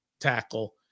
tackle